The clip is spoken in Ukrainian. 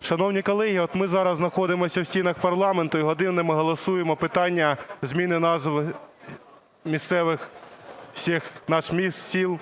Шановні колеги, от ми зараз знаходимося в стінах парламенту і годинами голосуємо питання зміни назв місцевих всіх наших міст, сіл.